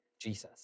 Jesus